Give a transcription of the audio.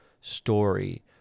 story